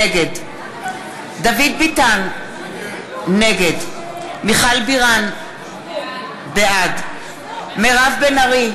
נגד דוד ביטן, נגד מיכל בירן, בעד מירב בן ארי,